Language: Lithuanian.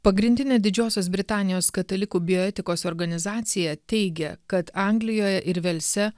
pagrindinė didžiosios britanijos katalikų bioetikos organizacija teigia kad anglijoje ir velse